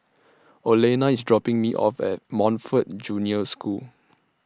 Olena IS dropping Me off At Montfort Junior School